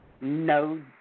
no